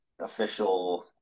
official